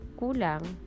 kulang